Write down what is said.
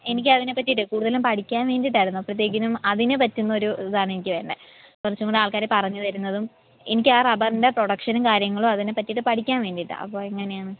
എനിക്ക് അതിനെ പറ്റിയിട്ട് കൂടുതലും പഠിക്കാൻ വേണ്ടിയിട്ടായിരുന്നു അപ്പോഴത്തേക്കിനും അതിന് പറ്റുന്ന ഒരു ഇതാണ് എനിക്ക് വേണ്ടത് കുറച്ചും കൂടെ ആൾക്കാർ പറഞ്ഞുതരുന്നതും എനിക്ക് ആ റബ്ബറിൻ്റെ പ്രൊഡക്ഷനും കാര്യങ്ങളും അതിനെ പറ്റിയിട്ട് പഠിക്കാൻ വേണ്ടിയിട്ടാണ് അപ്പോൾ എങ്ങനെയാണ്